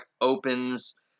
opens